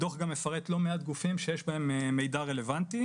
הדוח גם מפרט לא מעט גופים שיש בהם מידע רלוונטי,